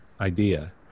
idea